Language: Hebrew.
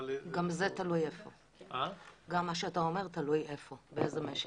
גם מה שאתה אומר, תלוי איפה, באיזה משק.